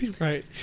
Right